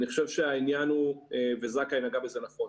אני חושב, וזכאי נגע בזה נכון